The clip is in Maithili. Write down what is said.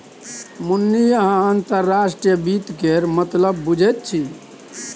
मुन्नी अहाँ अंतर्राष्ट्रीय वित्त केर मतलब बुझैत छी